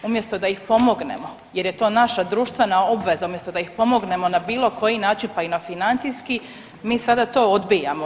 Umjesto da ih pomognemo jer je to naša društvena obveza, umjesto da ih pomognemo na bilo koji način pa i na financijski mi sada to odbijamo.